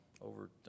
over